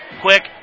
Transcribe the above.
quick